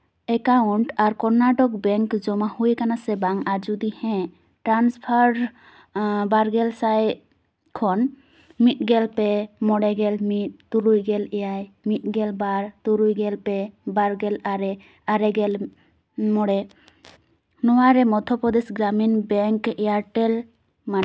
account ᱟᱨ Karnataka bank ᱡᱚᱢᱟ ᱦᱩᱭ ᱟᱠᱟᱱᱟ ᱥᱮ ᱵᱟᱝ ᱟᱨ ᱡᱩᱫᱤ ᱦᱮᱸ ᱴᱨᱟᱱᱥᱯᱷᱟᱨ ᱵᱟᱨ ᱜᱮᱞ ᱥᱟᱭ ᱠᱷᱚᱱ ᱢᱤᱫ ᱜᱮᱞ ᱯᱮ ᱢᱚᱬᱮ ᱜᱮᱞ ᱢᱤᱫ ᱛᱩᱨᱩᱭ ᱜᱮᱞ ᱮᱭᱟᱭ ᱢᱤᱫ ᱜᱮᱞ ᱵᱟᱨ ᱛᱩᱨᱩᱭ ᱜᱮᱞ ᱯᱮ ᱵᱟᱨ ᱜᱮᱞ ᱟᱨᱮ ᱟᱨᱮ ᱜᱮᱞ ᱢᱚᱬᱮ ᱱᱚᱣᱟ ᱨᱮ ᱢᱚᱫᱽᱫᱷᱚᱯᱨᱚᱫᱮᱥ ᱜᱨᱟᱢᱤᱱ ᱵᱮᱝᱠ ᱮᱭᱟᱨᱴᱮᱹᱞ ᱢᱟᱱᱤ